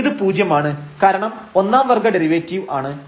ഇത് പൂജ്യമാണ് കാരണം ഒന്നാം വർഗ്ഗ ഡെറിവേറ്റീവ് ആണ്